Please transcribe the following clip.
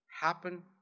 happen